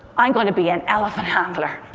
i'm going to be an elephant handler.